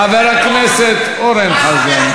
חבר הכנסת אורן חזן.